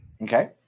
Okay